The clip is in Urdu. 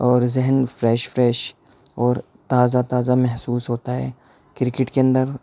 اور ذہن فریش فریش اور تازہ تازہ محسوس ہوتا ہے کرکٹ کے اندر